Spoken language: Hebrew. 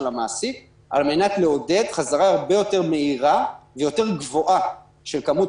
המעסיק על מנת לעודד חזרה הרבה יותר מהירה ויותר גבוהה מבחינת כמות